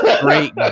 Great